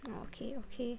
orh okay okay